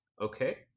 Okay